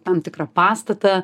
tam tikrą pastatą